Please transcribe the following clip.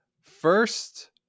first